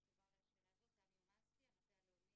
תמי אומנסקי, המטה הלאומי.